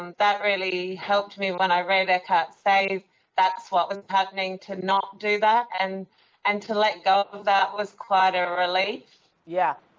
um that really helped me, when i read eckhart say that's what was happening, to not do that, and and to let go of that was quite a relief. winfrey yeah.